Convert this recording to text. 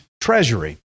treasury